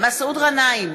מסעוד גנאים,